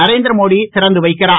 Narendra Modi திறந்தவைக்கிறார்